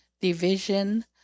division